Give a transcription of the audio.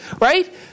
right